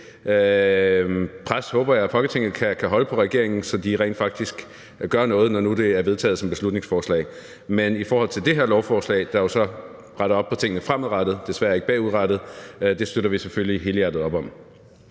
pres håber jeg, at Folketinget kan holde på regeringen, så de rent faktisk gør noget, når det nu er vedtaget som beslutningsforslag. Men i forhold til det her lovforslag, der jo så retter op på tingene fremadrettet, men desværre ikke bagudrettet, støtter vi selvfølgelig helhjertet op om